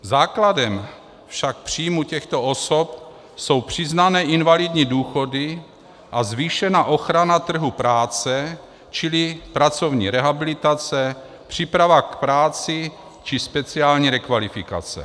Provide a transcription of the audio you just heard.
Základem příjmů těchto osob jsou však přiznané invalidní důchody a zvýšená ochrana trhu práce, čili pracovní rehabilitace, příprava k práci či speciální rekvalifikace.